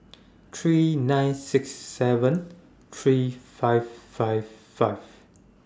three nine six seven three five five five